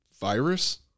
virus